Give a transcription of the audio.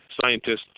scientists